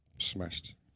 smashed